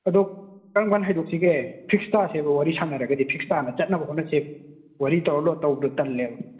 ꯑꯗꯣ ꯀꯔꯝ ꯀꯥꯟ ꯍꯥꯏꯗꯣꯛꯁꯤꯒꯦ ꯐꯤꯛꯁ ꯇꯥꯁꯦꯕ ꯋꯥꯔꯤ ꯁꯥꯟꯅꯔꯒꯗꯤ ꯐꯤꯛꯁ ꯇꯥꯅ ꯆꯠꯅꯕ ꯍꯣꯠꯅꯁꯦ ꯋꯥꯔꯤ ꯇꯧꯔ ꯂꯣꯏꯔ ꯇꯧꯕꯗꯣ ꯇꯜꯂꯦꯕ